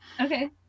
Okay